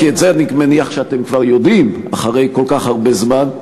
כי את זה אני מניח שאתם כבר יודעים אחרי כל כך הרבה זמן,